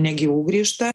negyvų grįžta